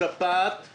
השפעת היא